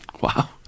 Wow